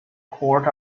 court